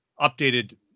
updated